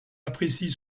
apprécie